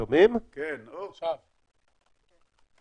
כמו שאמר היושב ראש,